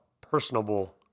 personable